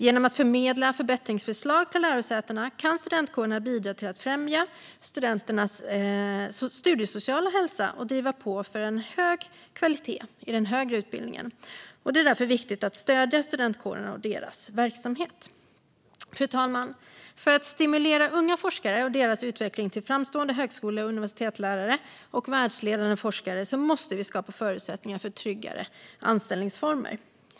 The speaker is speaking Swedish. Genom att förmedla förbättringsförslag till lärosätena kan studentkårerna bidra till att främja studenternas studiesociala hälsa och driva på för en hög kvalitet inom högre utbildning. Det är därför viktigt att stödja studentkårerna och deras verksamhet. Fru talman! För att stimulera unga forskare och deras utveckling till framstående högskole eller universitetslärare och världsledande forskare måste vi skapa förutsättningar för tryggare anställningsformer.